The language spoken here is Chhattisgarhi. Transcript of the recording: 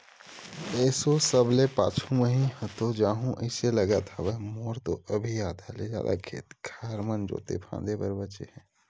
एसो सबले पाछू मही ह हो जाहूँ अइसे लगत हवय, मोर तो अभी आधा ले जादा खेत खार मन जोंते फांदे बर बचें हे